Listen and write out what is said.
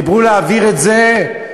דיברו להעביר את זה מפרטי,